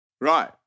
right